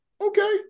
Okay